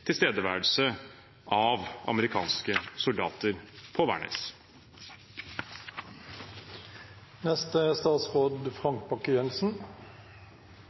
tilstedeværelse av amerikanske soldater på Værnes,